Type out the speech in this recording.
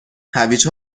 هویج